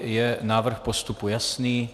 Je návrh postupu jasný?